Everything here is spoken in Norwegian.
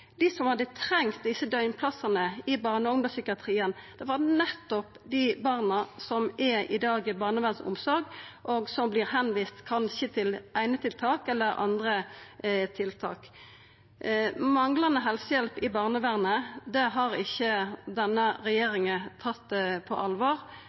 Dei som hadde trengt desse døgnplassane i barne- og ungdomspsykiatrien, var nettopp dei barna som i dag er i barnevernsomsorg, og som kanskje vert viste til einetiltak eller til andre tiltak. Manglande helsehjelp i barnevernet har ikkje denne regjeringa tatt på alvor,